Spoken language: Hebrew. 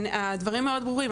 הדברים מאוד ברורים,